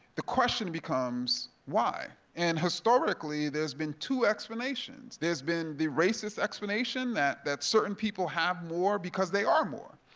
the question becomes why? and historically there's been two explanations, there's been the racist explanation that that certain people have more because they are more,